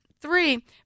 Three